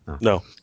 no